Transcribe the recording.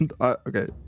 Okay